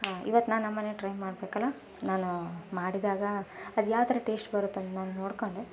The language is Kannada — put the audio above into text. ಇವತ್ತು ನಾನು ನಮ್ಮ ಮನೇಲಿ ಟ್ರೈ ಮಾಡಬೇಕಲ್ಲ ನಾನು ಮಾಡಿದಾಗ ಅದು ಯಾವ ಥರ ಟೇಶ್ಟ್ ಬರುತ್ತೆ ಅಂತ ನಾನು ನೋಡಿಕೊಂಡು